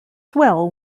swell